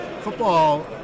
football